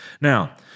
Now